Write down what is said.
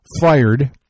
fired